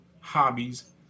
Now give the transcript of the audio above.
hobbies